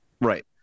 Right